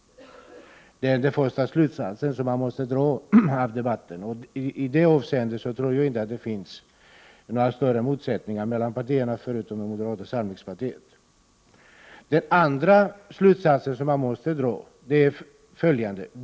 Det är den första slutsatsen man måste dra av debatten. I det avseendet tror jag inte att det finns några större motsättningar mellan partierna, bortsett från moderata samlingspartiet. Den andra slutsats som man måste dra är följande.